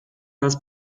als